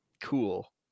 cool